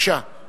התשע"א